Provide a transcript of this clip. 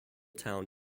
town